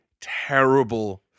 terrible